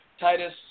Titus